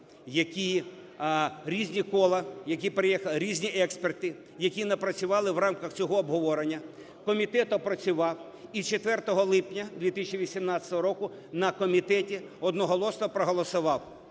які різні кола… різні експерти, які напрацювали в рамках цього обговорення. Комітет опрацював і 4 липня 2018 року на комітеті одноголосно проголосував.